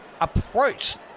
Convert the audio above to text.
approach